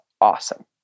awesome